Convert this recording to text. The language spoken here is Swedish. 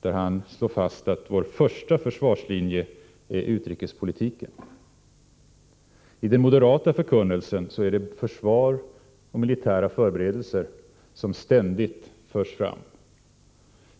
där Palme slår fast att vår första försvarslinje är utrikespolitiken. I den moderata förkunnelsen är det försvar och militära förberedelser som ständigt förs fram.